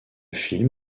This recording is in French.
film